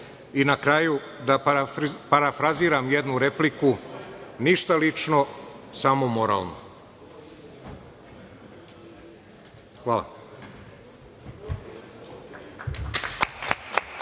na kraju, da parafraziram jednu repliku – ništa lično, samo moralno. Hvala.